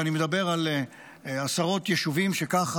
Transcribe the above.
ואני מדבר על עשרות יישובים שבהם